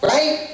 Right